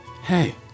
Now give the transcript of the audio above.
Hey